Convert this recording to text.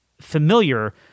familiar